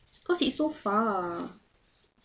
cause it's so far